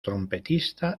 trompetista